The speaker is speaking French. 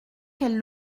qu’elle